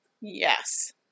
Yes